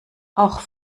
auch